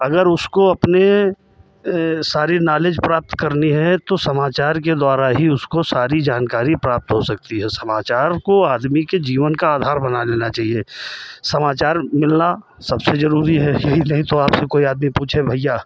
अगर उसको अपने सारी नॉलेज़ प्राप्त करनी है तो समाचार के द्वारा ही उसको सारी जानकारी प्राप्त हो सकती है समाचार को आदमी के जीवन का आधार बना लेना चाहिए समाचार मिलना सबसे ज़रूरी है यही नहीं तो आपसे कोई आदमी पूछे भइया